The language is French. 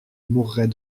mourrais